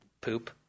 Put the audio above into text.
Poop